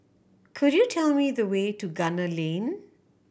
could you tell me the way to Gunner Lane